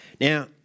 Now